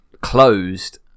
closed